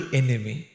enemy